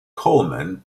coleman